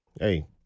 hey